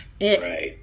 Right